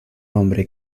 hombre